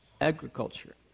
agriculture